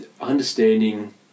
understanding